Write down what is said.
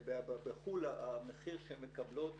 בחו"ל המחיר שהן מקבלות,